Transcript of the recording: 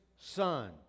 Son